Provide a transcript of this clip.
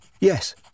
Yes